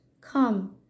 Come